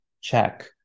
check